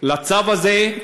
לצו הזה,